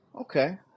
okay